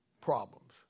problems